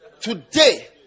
today